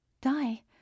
die